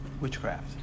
witchcraft